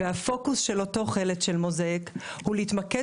הפוקוס של אותו חל"ץ של Mosaic הוא להתמקד